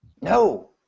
No